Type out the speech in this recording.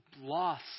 loss